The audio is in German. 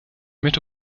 möchte